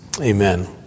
amen